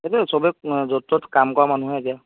এইটো সবে য'ত ত'ত কাম কৰা মানুহহে এতিয়া